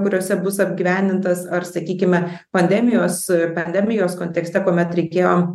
kuriose bus apgyvendintas ar sakykime pandemijos pandemijos kontekste kuomet reikėjo